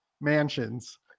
mansions